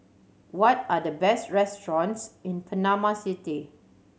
what are the best restaurants in Panama City